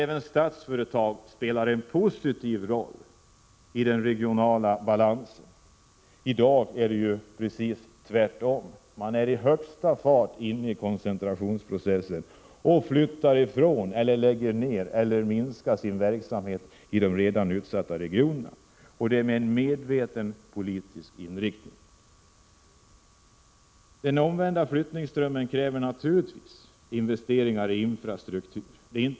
Även Statsföretag måste spela en positiv roll för den regionala balansen. I dag är det precis tvärtom. Man deltar i den snabba koncentrationsprocessen och flyttar ifrån, lägger ned eller minskar sin verksamhet i de redan utsatta regionerna. Detta sker med en medveten politisk inriktning. En omvänd flyttningsström kräver naturligtvis investeringar i infrastrukturen.